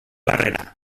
barrera